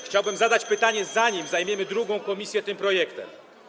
Chciałbym zadać pytanie, zanim zajmiemy drugą komisję tym projektem.